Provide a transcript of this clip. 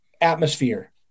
atmosphere